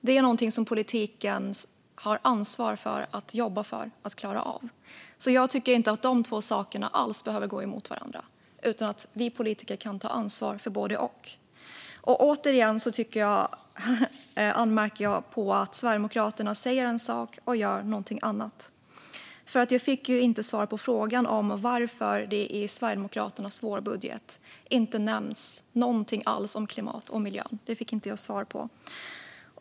Det är något som politiken har ansvar för att jobba för att klara av, så jag tycker att de två sakerna inte alls behöver gå emot varandra utan att vi politiker kan ta ansvar för både och. Återigen märker jag att Sverigedemokraterna säger en sak och gör något annat. Jag fick ju inte svar på frågan varför det i Sverigedemokraternas vårbudget inte står något alls om klimat och miljö. Det fick jag inte svar på.